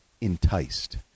enticed